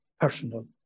personal